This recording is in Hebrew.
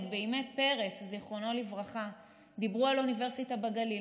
עוד מימי פרס ז"ל דיברו על אוניברסיטה בגליל,